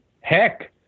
heck